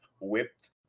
whipped